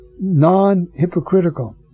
Non-hypocritical